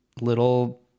little